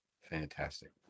Fantastic